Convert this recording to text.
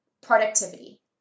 productivity